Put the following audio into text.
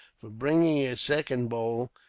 for bringing a second bowl,